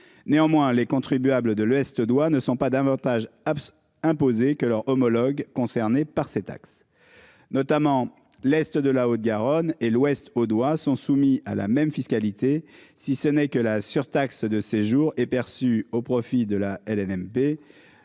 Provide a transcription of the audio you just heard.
Néanmoins, les contribuables de l'ouest audois, ne sont pas davantage abs imposer que leur homologues concernés par ces taxes notamment l'Est de la Haute-Garonne et l'ouest audois, sont soumis à la même fiscalité si ce n'est que la surtaxe de séjour est perçue au profit de la LNM.